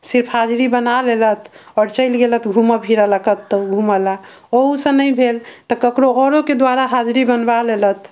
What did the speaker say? सिर्फ हाजरी बना लेलथि आओर चलि गेलथि घूमऽ फिरऽ लै कतहुँ घूमऽ लै ओहूसँ नहि भेल तऽ ककरो आओरोके द्वारा हाजरी बनबा लेलथि